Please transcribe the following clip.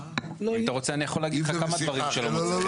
אם אתה רוצה אני יכול להגיד לך כמה דברים שלא מוצאים חן.